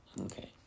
Okay